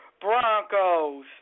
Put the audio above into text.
Broncos